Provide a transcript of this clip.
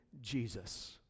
Jesus